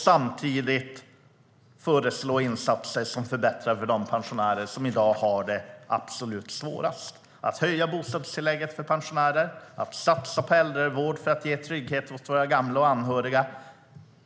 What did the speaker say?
Samtidigt föreslår vi insatser som förbättrar för de pensionärer som i dag har det absolut svårast. Det handlar om att höja bostadstillägget för pensionärer och att satsa på äldrevård för att ge trygghet åt våra gamla och anhöriga.